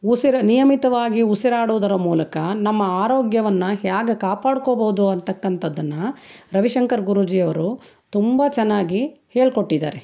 ಉಸಿರು ನಿಯಮಿತವಾಗಿ ಉಸಿರಾಡುವುದರ ಮೂಲಕ ನಮ್ಮ ಆರೋಗ್ಯವನ್ನು ಹೇಗ್ ಕಾಪಾಡ್ಕೊಬೋದು ಅಂಥಕ್ಕಂತದ್ದನ್ನು ರವಿಶಂಕರ್ ಗುರೂಜಿ ಅವರು ತುಂಬ ಚೆನ್ನಾಗಿ ಹೇಳಿಕೊಟ್ಟಿದ್ದಾರೆ